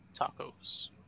Tacos